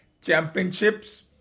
championships